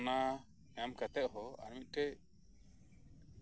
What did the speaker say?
ᱚᱱᱟ ᱮᱢ ᱠᱟᱛᱮᱫ ᱦᱚᱸ ᱟᱨ ᱢᱤᱫᱴᱮᱱ